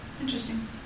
Interesting